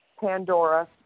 Pandora